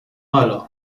mal